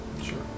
Sure